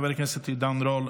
חבר הכנסת עידן רול,